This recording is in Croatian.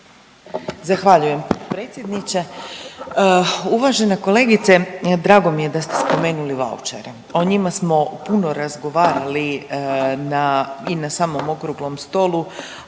Zahvaljujem potpredsjedniče. Uvažena kolegice, drago mi je da ste spomenuli vaučere, o njima smo puno razgovarali na, i na samom Okruglom stolu,